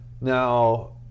Now